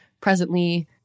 presently